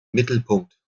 mittelpunkt